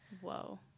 Whoa